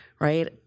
right